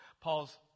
Paul's